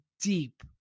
deep